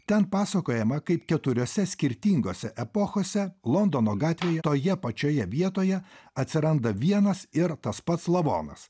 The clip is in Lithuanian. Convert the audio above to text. ten pasakojama kaip keturiose skirtingose epochose londono gatvėje toje pačioje vietoje atsiranda vienas ir tas pats lavonas